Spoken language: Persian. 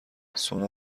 سونا